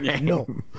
No